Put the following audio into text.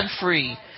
free